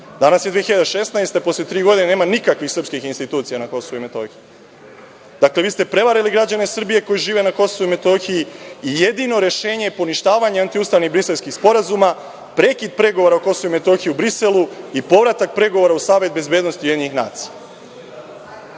Danas je 2016. godina, posle tri godine nema nikakvih srpskih institucija na Kosovu i Metohiji. Dakle, vi ste prevarili građane Srbije koji žive na Kosovu i Metohiji i jedino rešenje je poništavanje anti-ustavnih briselskih sporazuma, prekid pregovora o Kosovu i Metohiji u Briselu i povratak pregovora u Savet bezbednosti UN.Vaša priča